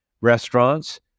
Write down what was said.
restaurants